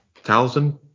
Thousand